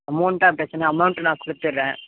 அமௌன்ட்டா பிரச்சின அமௌன்ட்டு நான் கொடுத்துட்றேன்